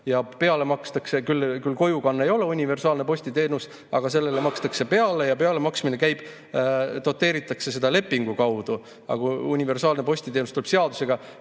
me teame, makstakse hulga peale. Kojukanne ei ole universaalne postiteenus, aga sellele makstakse peale ja pealemaksmine käib nii, et doteeritakse seda lepingu kaudu. Universaalne postiteenus tuleb seadusega,